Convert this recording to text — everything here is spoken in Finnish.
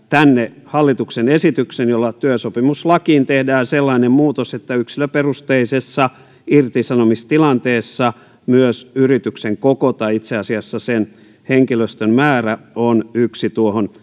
tänne hallituksen esityksen jolla työsopimuslakiin tehdään sellainen muutos että yksilöperusteisessa irtisanomistilanteessa myös yrityksen koko tai itse asiassa sen henkilöstön määrä on yksi